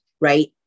right